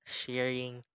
sharing